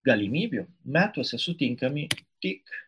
galimybių metuose sutinkami tik